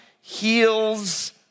heals